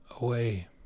away